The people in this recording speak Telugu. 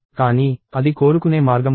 కానీ అది కోరుకునే మార్గం కాదు